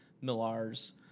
Millar's